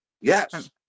yes